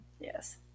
Yes